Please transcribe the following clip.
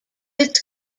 its